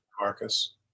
Marcus